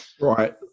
Right